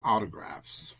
autographs